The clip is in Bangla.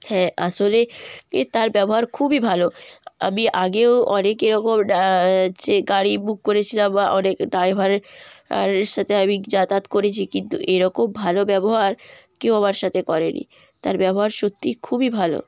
হ্যাঁ আসলে এ তার ব্যবহার খুবই ভালো আমি আগেও অনেক এরকম ডা হচ্ছে গাড়ি বুক করেছিলাম বা অনেক ড্রাইভারের আর সাথে আমি যাতায়াত করেছি কিন্তু এরকম ভালো ব্যবহার কেউ আমার সাথে করে নি তার ব্যবহার সত্যি খুবই ভালো